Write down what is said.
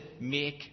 make